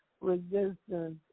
resistance